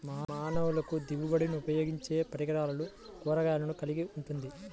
మానవులకుదిగుబడినిఉపయోగించేపలురకాల కూరగాయలను కలిగి ఉంటుంది